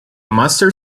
master